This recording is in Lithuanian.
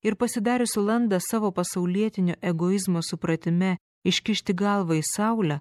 ir pasidariusi landą savo pasaulietinio egoizmo supratime iškišti galvą į saulę